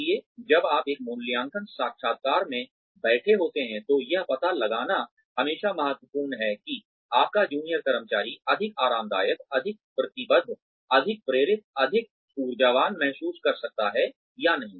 इसलिए जब आप एक मूल्यांकन साक्षात्कार में बैठे होते हैं तो यह पता लगाना हमेशा महत्वपूर्ण होता है कि आपका जूनियर कर्मचारी अधिक आरामदायक अधिक प्रतिबद्ध अधिक प्रेरित अधिक ऊर्जावान महसूस कर सकता है या नहीं